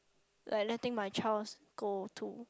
like letting my child's go to